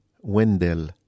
wendell